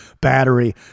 battery